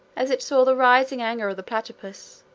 as it saw the rising anger of the platypus,